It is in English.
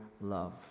love